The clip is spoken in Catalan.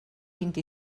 vint